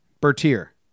bertier